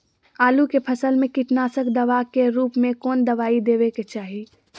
आलू के फसल में कीटनाशक दवा के रूप में कौन दवाई देवे के चाहि?